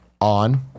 On